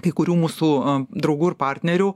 kai kurių mūsų draugų ir partnerių